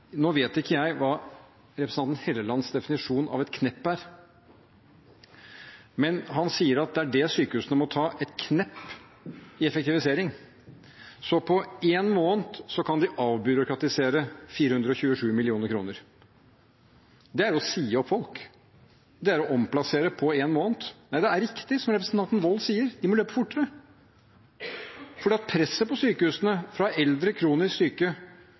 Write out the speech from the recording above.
Nå vet ikke jeg hva representanten Hellelands definisjon av et knepp er, men han sier at det er det sykehusene må ta – et knepp til i effektivisering. Så på én måned kan de avbyråkratisere 427 mill. kr. Det er å si opp folk, det er å omplassere – på én måned. Nei, det er riktig som representanten Wold sier, at de må løpe fortere – presset på sykehusene fra eldre, kronisk syke